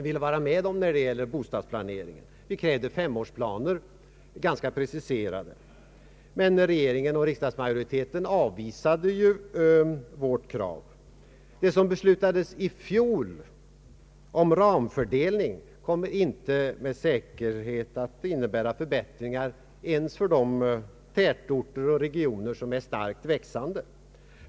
Vi krävde ganska preciserade femårsplaner, men regeringen och riksdagsmajoriteten = avvisade vårt krav. Det beslut som fattades i fjol om ramfördelning kommer inte med säkerhet att innebära förbättring ens för de tätorter och regioner som är starkt växande.